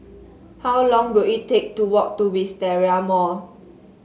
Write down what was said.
how long will it take to walk to Wisteria Mall